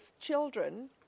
children